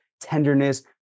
tenderness